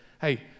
hey